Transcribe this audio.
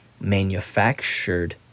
manufactured